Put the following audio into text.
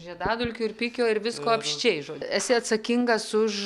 žiedadulkių ir pikio ir visko apsčiai žod esi atsakingas už